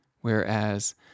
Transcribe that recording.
Whereas